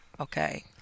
okay